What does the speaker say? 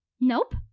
Nope